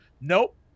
Nope